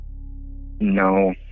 No